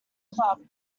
club